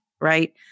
right